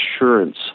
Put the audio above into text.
insurance